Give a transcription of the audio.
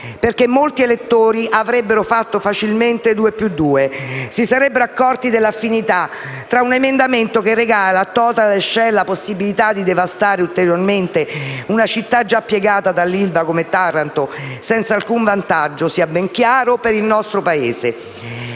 perché molti elettori avrebbero fatto facilmente due più due: si sarebbero accorti delle affinità tra un emendamento che regala a Total e Shell la possibilità di devastare ulteriormente una città già piegata dall'ILVA come Taranto - senza alcun vantaggio, sia ben chiaro, per il nostro Paese